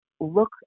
look